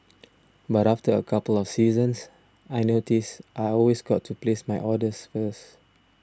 but after a couple of seasons I noticed I always got to place my orders first